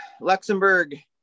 Luxembourg